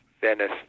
Venice